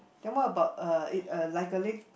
then what about uh it uh like a lit